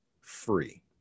free